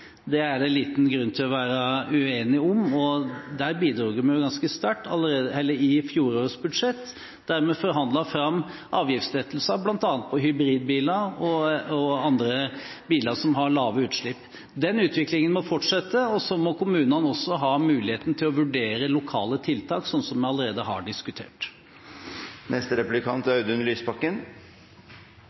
retning, er det liten grunn til å være uenig om. Der bidro vi ganske sterkt i fjorårets budsjett, der vi forhandlet fram avgiftslettelser bl.a. på hybridbiler og andre biler som har lave utslipp. Den utviklingen må fortsette, og så må kommunene også ha muligheten til å vurdere lokale tiltak, slik som vi allerede har diskutert.